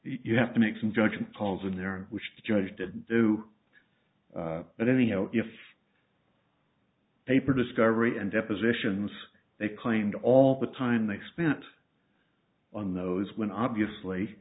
you have to make some judgement calls in there which the judge didn't do but anyhow if paper discovery and depositions they claimed all the time they spent on those when obviously